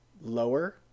lower